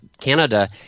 Canada